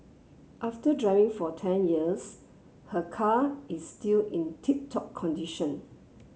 after driving for ten years her car is still in tip top condition